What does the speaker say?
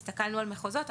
הסתכלנו על מחוזות,